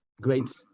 Great